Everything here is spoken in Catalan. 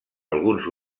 alguns